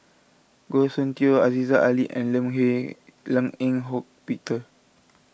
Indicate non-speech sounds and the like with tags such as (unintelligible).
Goh Soon Tioe Aziza Ali and Lim (unintelligible) Lim Eng Hock Peter